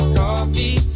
coffee